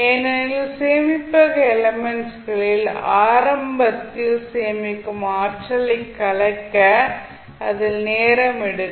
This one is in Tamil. ஏனெனில் சேமிப்பக எலிமெண்ட்ஸ் களில் ஆரம்பத்தில் சேமிக்கும் ஆற்றலைக் கலைக்க அதிக நேரம் எடுக்கும்